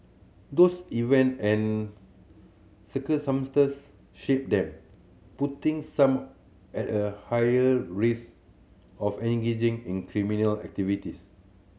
those event and circumstances shape them putting some at a higher risk of engaging in criminal activities